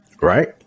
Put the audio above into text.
Right